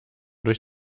durch